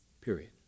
Period